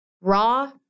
Raw